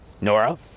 Nora